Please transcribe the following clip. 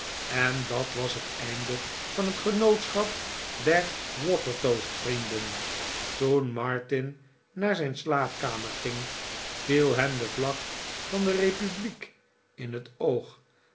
en dat was het einde van het genootschap der watertoast vrienden toen martin naar zijn slaapkamer ging viel hem de vlag van de republiek in het oog